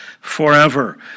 forever